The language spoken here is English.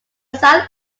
south